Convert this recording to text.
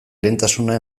lehentasuna